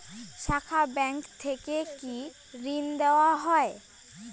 শাখা ব্যাংক থেকে কি ঋণ দেওয়া হয়?